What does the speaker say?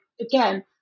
again